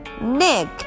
Nick